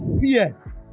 fear